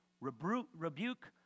rebuke